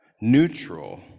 neutral